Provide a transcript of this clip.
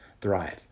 thrive